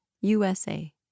USA